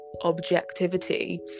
objectivity